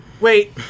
Wait